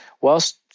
whilst